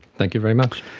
thank you very much.